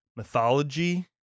Mythology